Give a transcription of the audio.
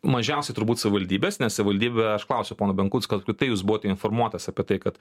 mažiausia turbūt savivaldybės nes savivaldybė aš klausiau pono benkunsko tai jūs buvot informuotas apie tai kad